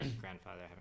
grandfather